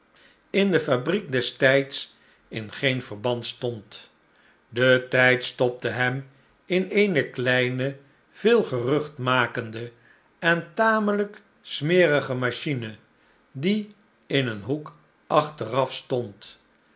in de fabriek des tijds in geen verband stond de tijd stopte hem in eene kleine veel gerucht makende en tamelijk smerige machine die in een hoek achteraf stond